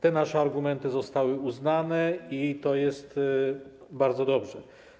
Te nasze argumenty zostały uznane i to bardzo dobrze.